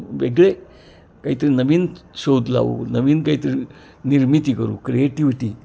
वेगळे काहीतरी नवीन शोध लावू नवीन काहीतरी निर्मिती करू क्रिएटिव्हिटी